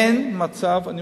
אין מצב, בבקשה לסיים.